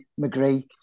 McGree